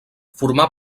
formà